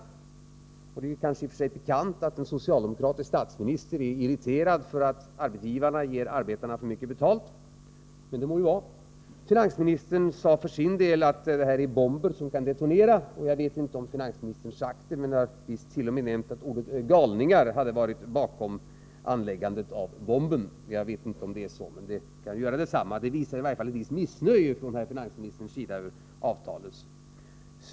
Det är kanske i och för sig pikant att en socialdemokratisk statsminister är irriterad över att arbetsgivarna ger arbetarna för mycket betalt — men det må så vara. Finansministern sade för sin del att det här är en bomb som kan detonera. Finansministern lär t.o.m. ha nämnt att galningar stod bakom bomben. Jag vet inte om han sagt så, men - Nr 130 det kan ju göra detsamma. Det har i alla fall visat sig att det finns ett visst Torsdagen den missnöje från herr finansministerns sida över avtalens höjd.